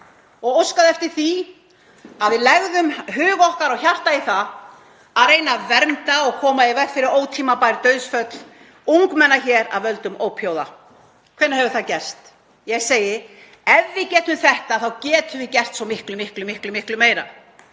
og óskaði eftir því að við legðum huga okkar og hjarta í það að reyna að vernda og koma í veg fyrir ótímabær dauðsföll ungmenna af völdum ópíóíða? Hvenær hefur það gerst? Ég segi: Ef við getum þetta þá getum við gert svo miklu, miklu meira.